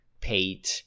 paid